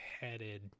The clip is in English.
headed